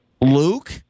Luke